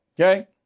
Okay